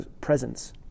presence